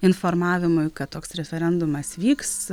informavimui kad toks referendumas vyks